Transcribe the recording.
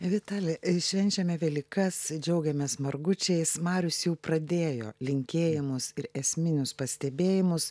vitali švenčiame velykas džiaugiamės margučiais marius jau pradėjo linkėjimus ir esminius pastebėjimus